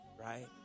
right